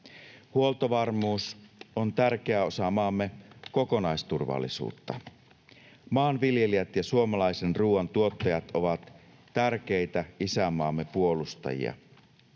Huoltovarmuus on tärkeä osa maamme kokonaisturvallisuutta. Maanviljelijät ja suomalaisen ruuan tuottajat ovat tärkeitä isänmaamme puolustajia.